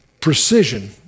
precision